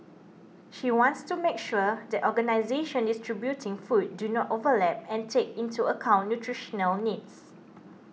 she wants to make sure that organisations distributing food do not overlap and take into account nutritional needs